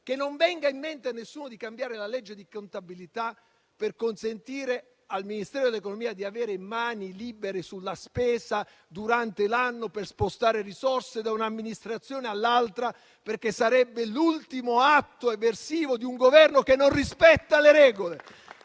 Non venga in mente a nessuno di cambiare la legge di contabilità per consentire al Ministero dell'economia di avere mani libere sulla spesa durante l'anno, per spostare risorse da un'amministrazione all'altra, perché sarebbe l'ultimo atto eversivo di un Governo che non rispetta le regole.